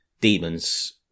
demons